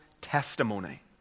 testimony